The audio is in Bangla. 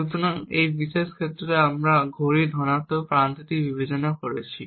সুতরাং এই বিশেষ ক্ষেত্রে আমরা ঘড়ির ধনাত্মক প্রান্তটি বিবেচনা করছি